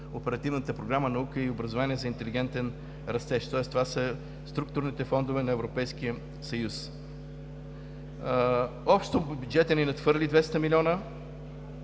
Оперативна програма „Наука и образование за интелигентен растеж“, тоест това са структурните фондове на Европейския съюз. Общо бюджетът ни надхвърли 200 милиона,